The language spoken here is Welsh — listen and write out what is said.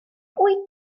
wyt